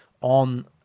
on